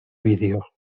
vídeo